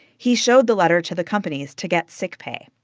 he showed the letter to the companies to get sick pay.